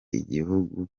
igihugu